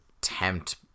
tempt